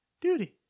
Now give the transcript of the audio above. Duty